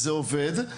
זה עובד,